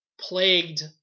plagued